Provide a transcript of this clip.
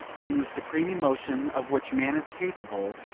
being the supreme emotion of which man is capable,